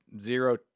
zero